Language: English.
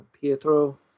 Pietro